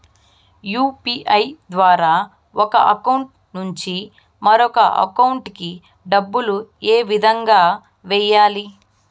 UPI ద్వారా ఒక account నుంచి మరొక అకౌంట్ కి డబ్బులు ఏ విధంగా వెయ్యాలి